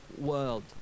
world